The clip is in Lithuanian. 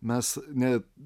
mes net